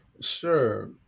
Sure